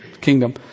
kingdom